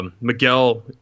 Miguel